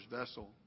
vessel